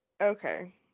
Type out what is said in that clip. Okay